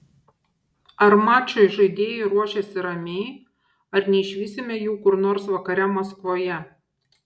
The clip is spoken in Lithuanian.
ar mačui žaidėjai ruošiasi ramiai ar neišvysime jų kur nors vakare maskvoje